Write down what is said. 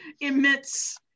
emits